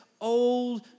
old